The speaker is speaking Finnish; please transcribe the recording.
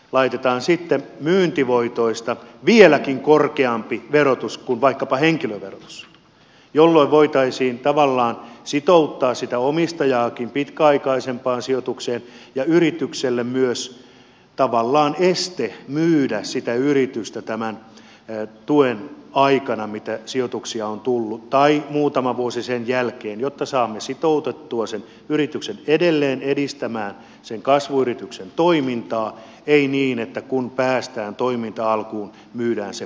laitetaan sitten myyntivoitoista vieläkin korkeampi verotus kuin vaikkapa henkilöverotus jolloin voitaisiin tavallaan sitouttaa sitä omistajaakin pitkäaikaisempaan sijoitukseen ja myös yritykselle tehtäisiin tavallaan este myydä sitä yritystä tämän tuen aikana jolloin sijoituksia on tullut tai muutaman vuoden aikana sen jälkeen jotta saamme sitoutettua sen yrityksen edelleen edistämään sen kasvuyrityksen toimintaa ei niin että kun päästään toiminnan alkuun myydään se pois